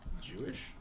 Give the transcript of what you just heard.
Jewish